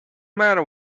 matter